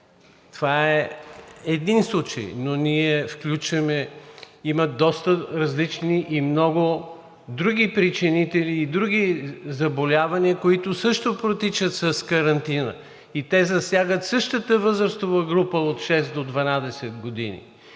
Това е един случай, но ние включваме – има доста различни и много други причинители, и други заболявания, които също протичат с карантина. Те засягат същата възрастова група от 6 до 12 години.